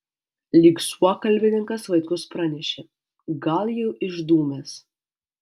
lyg suokalbininkas vaitkus pranešė gal jau išdūmęs